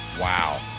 wow